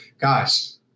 guys